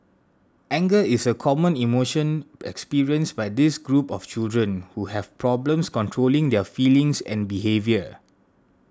anger is a common emotion experienced by this group of children who have problems controlling their feelings and behaviour